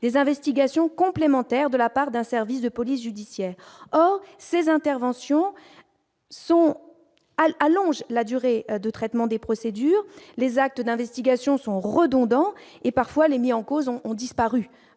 des investigations complémentaires de la part d'un service de police judiciaire, or ces interventions sont à l'allonge la durée de traitement des procédures, les actes d'investigation sont redondants et parfois les mis en cause ont ont disparu